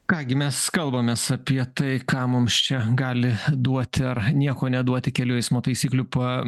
ką gi mes kalbamės apie tai ką mums čia gali duoti ar nieko neduoti kelių eismo taisyklių pa